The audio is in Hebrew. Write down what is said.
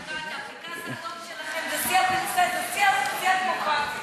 הפנקס האדום שלכם זה שיא, זה שיא הדמוקרטיה.